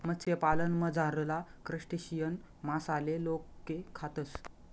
मत्स्यपालनमझारला क्रस्टेशियन मासाले लोके खातस